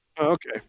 Okay